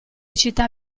città